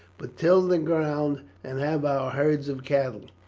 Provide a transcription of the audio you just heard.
but till the ground and have our herds of cattle.